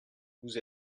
vous